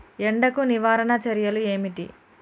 ఎండకు నివారణ చర్యలు ఏమిటి?